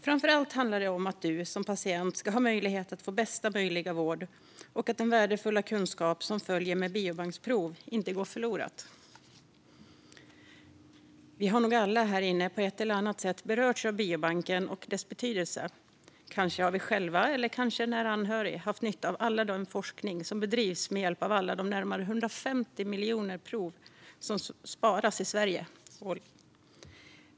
Framför allt handlar det om att man som patient ska ha möjlighet att få bästa möjliga vård och att den värdefulla kunskap som följer med ett biobanksprov inte går förlorad. Vi har nog alla här inne på ett eller annat sätt berörts av biobanken och dess betydelse. Kanske har vi själva eller en nära anhörig haft nytta av all forskning som bedrivs med hjälp av de närmare 150 miljoner prover som sparats i Sverige.